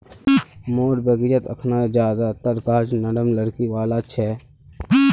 मोर बगीचात अखना ज्यादातर गाछ नरम लकड़ी वाला छ